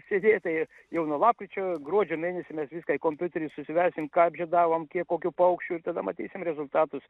sėdėt tai jau nuo lapkričio gruodžio mėnesį mes viską įvkompiuterį susivesim ką darom kiek kokių paukščių ir tada matysim rezultatus